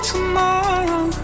Tomorrow